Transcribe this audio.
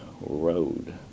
road